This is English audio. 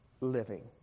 living